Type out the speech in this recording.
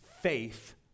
faith